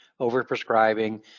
overprescribing